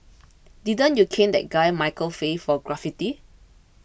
didn't you cane that guy Michael Fay for graffiti